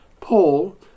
Paul